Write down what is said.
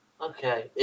Okay